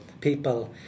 people